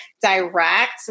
direct